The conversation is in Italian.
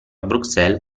bruxelles